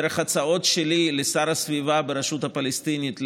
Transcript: דרך הצעות שלי לשר הסביבה ברשות הפלסטינית,